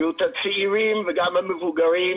בריאות הצעירים וגם המבוגרים,